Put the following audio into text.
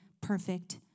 perfect